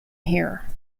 here